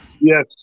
Yes